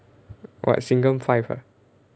சிங்கம்:singam five ah